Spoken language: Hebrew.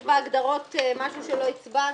יש בהגדרות משהו שלא הצבענו.